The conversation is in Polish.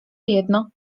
jedno